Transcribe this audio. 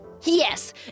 Yes